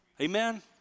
Amen